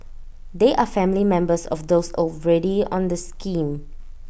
they are family members of those already on the scheme